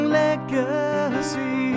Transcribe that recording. legacy